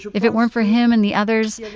if it weren't for him and the others,